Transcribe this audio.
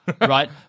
right